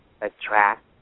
attract